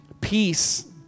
peace